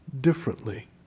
differently